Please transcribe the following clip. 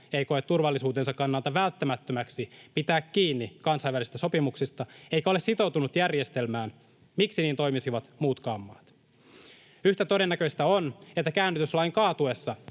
ei koe turvallisuutensa kannalta välttämättömäksi pitää kiinni kansainvälisistä sopimuksista eikä ole sitoutunut järjestelmään, miksi niin toimisivat muutkaan maat. Yhtä todennäköistä on, että käännytyslain kaatuessa